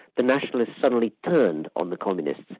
the nationalists suddenly turned on the communists,